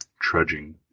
trudging